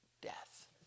death